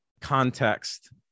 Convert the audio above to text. context